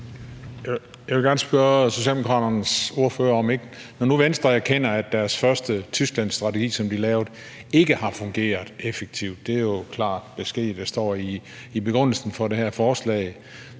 Jeg vil gerne spørge Socialdemokraternes ordfører om noget, i forhold til at Venstre erkender, at deres første Tysklandsstrategi, som de lavede, ikke har fungeret effektivt – det er jo klar besked, der står i begrundelsen for det her forslag.